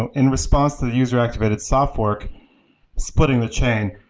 ah in response to the user activated soft work splitting the chain.